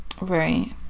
Right